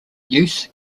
use